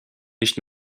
nicht